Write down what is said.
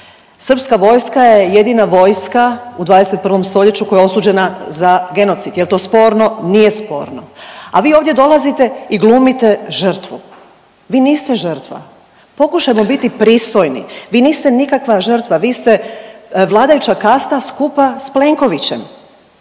Srpska vojska je jedina vojska u 21. stoljeću koja je osuđena za genocid, jel to sporno? Nije sporno, a vi ovdje dolazite i glumite žrtvu, vi niste žrtva, pokušajmo biti pristojni, vi niste nikakva žrtva, vi ste vladajuća kasta skupa s Plenkovićem,